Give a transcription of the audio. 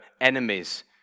enemies